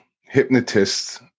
hypnotist